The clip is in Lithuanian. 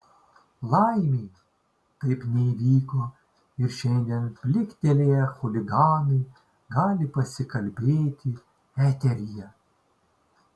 laimei taip neįvyko ir šiandien pliktelėję chuliganai gali pasikalbėti eteryje